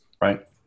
Right